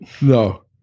No